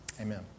Amen